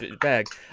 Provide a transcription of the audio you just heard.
bag